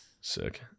Sick